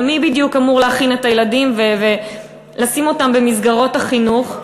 ומי בדיוק אמור להכין את הילדים ולשים אותם במסגרות החינוך?